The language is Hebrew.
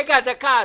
אסי, דקה.